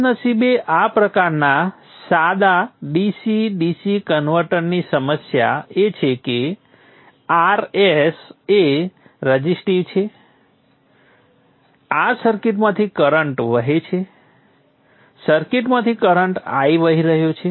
કમનસીબે આ પ્રકારના સાદા DC DC કન્વર્ટરની સમસ્યા એ છે કે Rs એ રઝિસ્ટિવ છે આ સર્કિટમાંથી કરંટ વહે છે સર્કિટમાંથી કરંટ I વહી રહ્યો છે